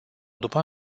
după